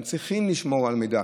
הם צריכים לשמור על מידע,